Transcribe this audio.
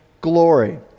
glory